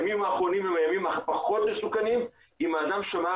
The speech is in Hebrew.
הימים האחרונים הם הימים הפחות מסוכנים אם האדם שמר